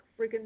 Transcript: friggin